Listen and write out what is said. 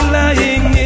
lying